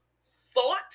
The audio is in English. thought